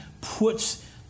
puts